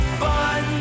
fun